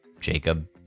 Jacob